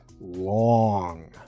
long